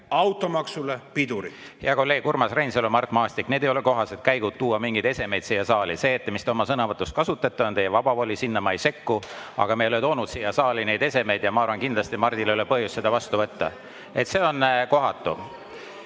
Hea kolleeg Urmas Reinsalu ja Mart Maastik, need ei ole kohased käigud tuua mingeid esemeid siia saali. See, mis te oma sõnavõtus kasutate, on teie vaba voli, sinna ma ei sekku, aga me ei ole toonud siia saali teatud esemeid. Ja ma arvan, et kindlasti Mardil ei ole põhjust seda vastu võtta. (Sumin saalis.)